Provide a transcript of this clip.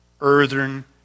earthen